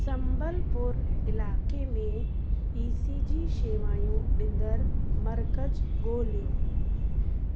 सम्बलपुर इलाइक़े में E C G शेवायूं ॾिंदड़ु मर्कज़ ॻोल्हियो